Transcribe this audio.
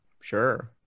Sure